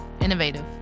Innovative